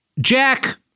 Jack